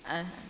आ